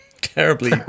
terribly